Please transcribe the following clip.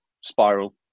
spiral